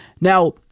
Now